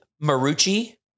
marucci